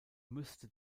müsste